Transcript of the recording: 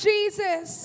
Jesus